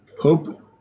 Hope